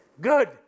good